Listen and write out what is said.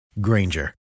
Granger